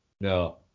no